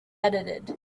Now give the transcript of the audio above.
edited